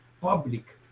public